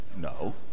no